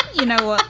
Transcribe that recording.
you know,